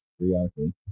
periodically